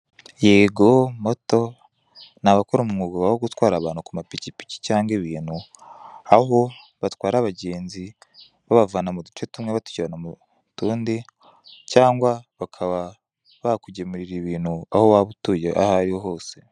Yego moto, ni abakora umwuga wo gutwara abantu ku mapikipiki cyangwa ibintu. Aho batwara abagenzi, babavana mu duce tumwe, batujyana mu tundi, cyangwa bakaba bakugemurira ibintu aho waba utuye, aho ari ho hose.